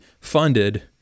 funded